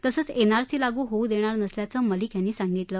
तसंच एनआरसी लागू होऊ देणार नसल्याचं मलिक यांनी सांगितलं